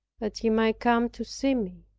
that he might come to see me.